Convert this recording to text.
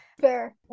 Fair